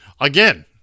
Again